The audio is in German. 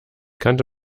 kannte